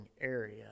area